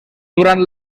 durant